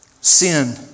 Sin